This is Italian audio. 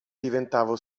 diventavo